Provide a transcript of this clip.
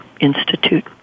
institute